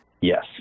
Yes